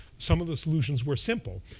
some of the solutions were simple.